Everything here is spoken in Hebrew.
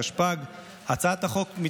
התשפ"ג 2023.